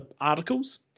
articles